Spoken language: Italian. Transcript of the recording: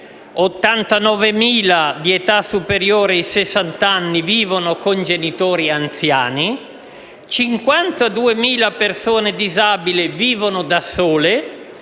89.000 di età superiore ai sessant'anni vivono con genitori anziani, 52.000 persone disabili vivono da sole